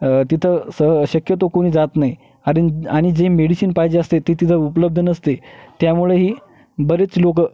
तिथं सह शक्यतो कोणी जात नाही कारन आणि जे मेडिशिन पाहिजे असते ते तिथं उपलब्ध नसते त्यामुळेही बरेच लोकं